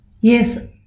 Yes